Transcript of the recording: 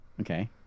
Okay